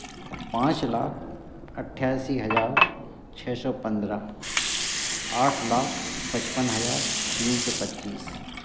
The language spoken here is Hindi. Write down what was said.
पाँच लाख अट्ठासी हज़ार छः सौ पंद्रह आठ लाख पचपन हज़ार तीन सौ पच्चीस